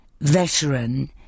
veteran